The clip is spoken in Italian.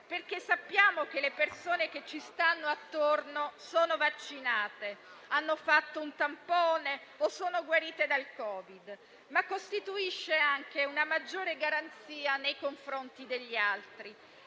perché sappiamo che le persone che ci stanno attorno sono vaccinate, hanno fatto un tampone o sono guarite dal Covid, ma costituisce anche una maggiore garanzia nei confronti degli altri,